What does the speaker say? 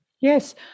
Yes